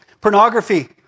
Pornography